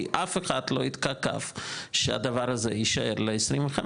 כי אף אחד לא יתקע כף שהדבר הזה יישאר ל-25,